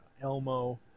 Elmo